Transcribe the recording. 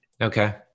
Okay